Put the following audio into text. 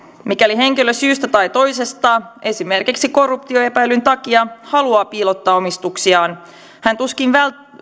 mikäli henkilö syystä tai toisesta esimerkiksi korruptioepäilyn takia haluaa piilottaa omistuksiaan hän tuskin